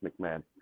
McMahon